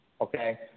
okay